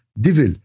devil